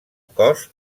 cos